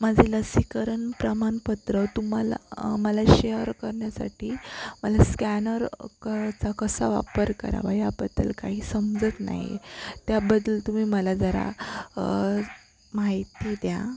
माझे लसीकरण प्रमाणपत्र तुम्हाला मला शेअर करण्यासाठी मला स्कॅनर करायचा कसा वापर करावा याबद्दल काही समजत नाही आहे त्याबद्दल तुम्ही मला जरा माहिती द्या